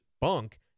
bunk